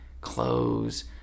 clothes